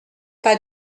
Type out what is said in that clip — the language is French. pas